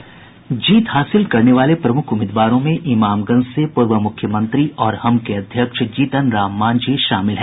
जित हासिल करने वालों प्रमुख उम्मीदवारों में इमामगंज से पूर्व मुख्यमंत्री और हम के अध्यक्ष जीतन राम मांझी शामिल हैं